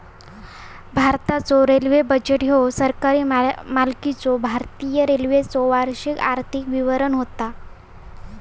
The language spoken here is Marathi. भारताचो रेल्वे बजेट ह्यो सरकारी मालकीच्यो भारतीय रेल्वेचो वार्षिक आर्थिक विवरण होता